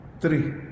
Three